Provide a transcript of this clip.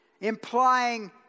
implying